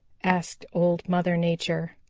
asked old mother nature.